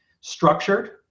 structured